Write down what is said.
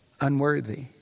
unworthy